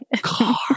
car